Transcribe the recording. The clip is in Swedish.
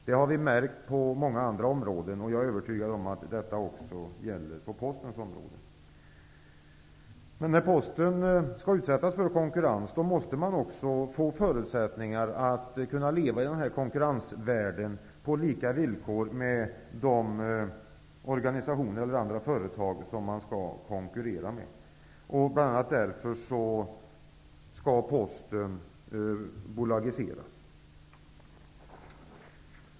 Det har vi märkt på många andra områden, och jag är övertygad om att det gäller också på Postens område. Men när Posten skall utsättas för konkurrens, måste man också få förutsättningar att konkurrera på lika villkor med de organisationer eller företag som man skall konkurrera med. Bl.a. därför skall Posten bolagiseras.